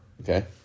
okay